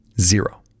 Zero